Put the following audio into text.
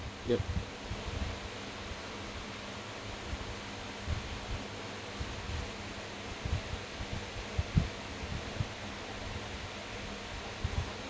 yup